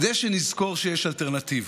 כדי שנזכור שיש אלטרנטיבה,